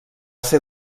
ser